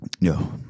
No